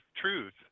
truth